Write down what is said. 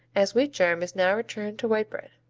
as wheat germ is now returned to white bread.